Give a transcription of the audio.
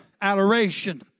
adoration